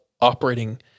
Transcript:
operating